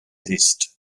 ist